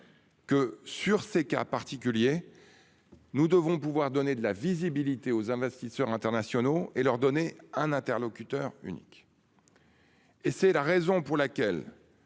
Que sur ces cas particuliers. Nous devons pouvoir donner de la visibilité aux investisseurs internationaux et leur donner un interlocuteur unique. Et c'est la raison pour laquelle.